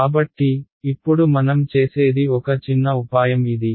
కాబట్టి ఇప్పుడు మనం చేసేది ఒక చిన్న ఉపాయం ఇది